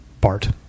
bart